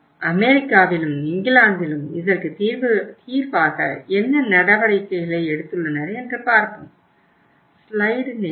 அமெரிக்காவிலும் இங்கிலாந்திலும் இதற்கு தீர்வாக என்ன நடவடிக்கைகளை எடுத்துள்ளனர் என்று பார்ப்போம்